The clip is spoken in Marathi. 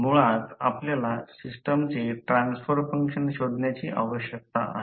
मुळात आपल्याला सिस्टमचे ट्रान्सफर फंक्शन शोधण्याची आवश्यकता आहे